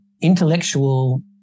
intellectual